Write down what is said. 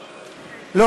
חברים, חברים.